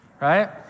right